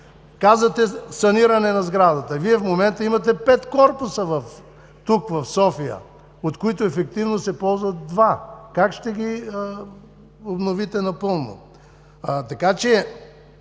Казвате саниране на сградата – Вие в момента имате пет корпуса тук в София, от които ефективно се ползват два. Как ще ги обновите напълно?